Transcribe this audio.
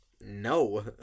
No